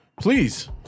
Please